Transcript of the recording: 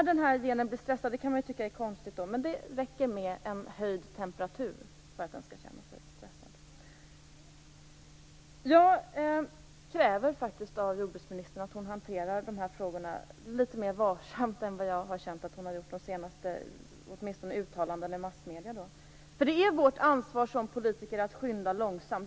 Fast man kan tycka att det låter konstigt är det faktiskt så att det räcker med att temperaturen höjs för att den här bakterien skall bli stressad. Jag kräver faktiskt av jordbruksministern att hon hanterar de här frågorna litet mer varsamt än vad jag tycker att hon har gjort den senaste tiden, i alla fall vad gäller hennes uttalanden i massmedierna. Det är vårt ansvar som politiker att skynda långsamt.